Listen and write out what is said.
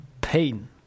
pain